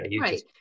Right